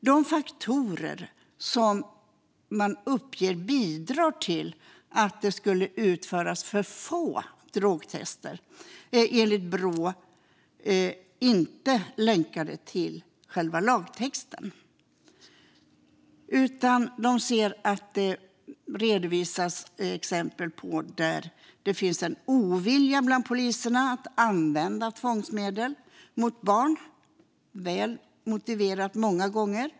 De faktorer som uppges bidra till att det utförs för få drogtester är enligt Brå inte länkade till själva lagtexten. De ser att det redovisas exempel där det finns en ovilja, många gånger väl motiverad, bland poliserna att använda tvångsmedel mot barn.